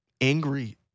angry